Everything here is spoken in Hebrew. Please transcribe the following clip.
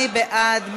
מי בעד?